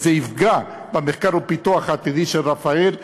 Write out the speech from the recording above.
וזה יפגע במחקר והפיתוח העתידי של רפא"ל,